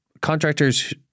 Contractors